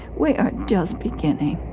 we are just beginning